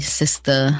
sister